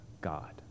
God